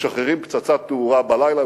שמשחררים פצצת תאורה בלילה,